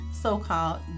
so-called